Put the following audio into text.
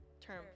term